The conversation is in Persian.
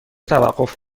توقف